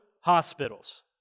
hospitals